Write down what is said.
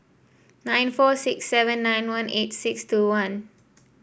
nine four six seven nine one eight six two one